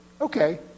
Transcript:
okay